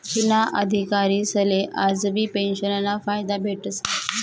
जुना अधिकारीसले आजबी पेंशनना फायदा भेटस